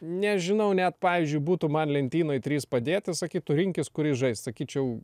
nežinau net pavyzdžiui būtų man lentynoj trys padėti sakytų rinkis kuris žaist sakyčiau